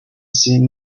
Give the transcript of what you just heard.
seeing